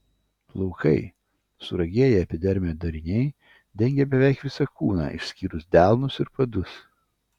plaukai suragėję epidermio dariniai dengia beveik visą kūną išskyrus delnus ir padus